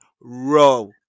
Row